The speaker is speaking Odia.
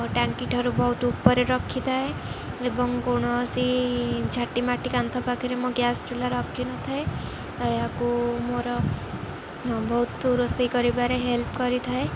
ଟାଙ୍କି ଠାରୁ ବହୁତ ଉପରେ ରଖିଥାଏ ଏବଂ କୌଣସି ଝାଟି ମାଟି କାନ୍ଥ ପାଖରେ ମୋ ଗ୍ୟାସ୍ ଚୁଲା ରଖିନଥାଏ ଏହାକୁ ମୋର ବହୁତ ରୋଷେଇ କରିବାରେ ହେଲ୍ପ କରିଥାଏ